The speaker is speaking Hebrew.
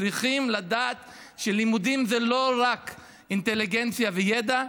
צריכים לדעת שלימודים זה לא רק אינטליגנציה וידע,